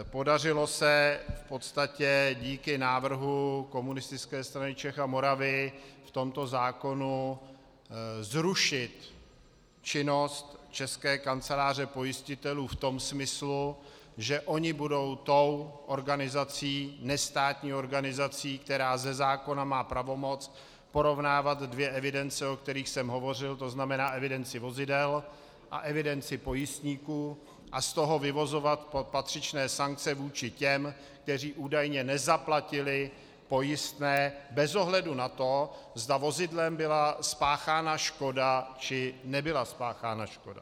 Podařilo se v podstatě díky návrhu Komunistické strany Čech a Moravy v tomto zákonu zrušit činnost České kanceláře pojistitelů v tom smyslu, že oni budou tou organizací, nestátní organizací, která ze zákona má pravomoc porovnávat dvě evidence, o kterých jsem hovořil, to znamená evidenci vozidel a evidenci pojistníků, a z toho vyvozovat patřičné sankce vůči těm, kteří údajně nezaplatili pojistné bez ohledu na to, zda vozidlem byla spáchána škoda či nebyla spáchána škoda.